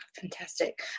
Fantastic